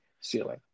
ceiling